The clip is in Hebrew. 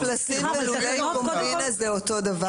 לולי קומבינה זה אותו הדבר?